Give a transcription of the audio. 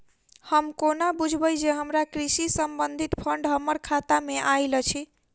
हम कोना बुझबै जे हमरा कृषि संबंधित फंड हम्मर खाता मे आइल अछि?